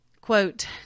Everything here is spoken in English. quote